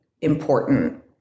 important